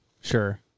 Sure